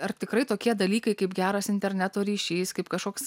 ar tikrai tokie dalykai kaip geras interneto ryšys kaip kažkoks